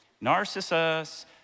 Narcissus